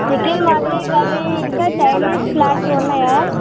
chicken Mughlai curry ఇంకా Chinese platter ఉన్నాయా